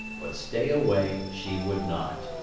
but stay away she would not.